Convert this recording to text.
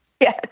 Yes